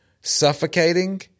suffocating